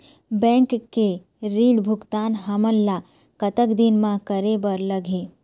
Bank के ऋण भुगतान हमन ला कतक दिन म करे बर लगही?